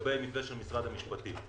לגבי המתווה של משרד המשפטים.